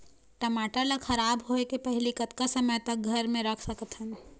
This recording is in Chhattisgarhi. टमाटर ला खराब होय के पहले कतका समय तक घर मे रख सकत हन?